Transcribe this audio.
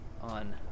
on